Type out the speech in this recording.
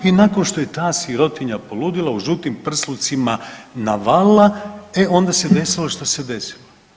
I nakon što je ta sirotinja poludila u žutim prslucima navalila, e onda se desilo što se desilo.